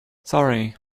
sorry